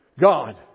God